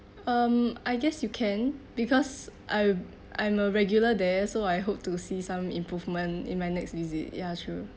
um I guess you can because I I'm a regular there so I hope to see some improvement in my next visit ya true